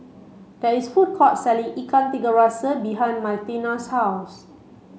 there is food court selling Ikan Tiga Rasa behind Martina's house